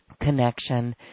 connection